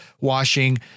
washing